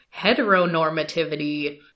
heteronormativity